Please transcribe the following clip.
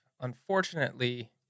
unfortunately